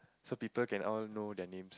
so people can all know their name